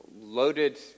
loaded